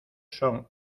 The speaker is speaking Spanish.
son